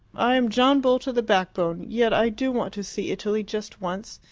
i am john bull to the backbone, yet i do want to see italy, just once.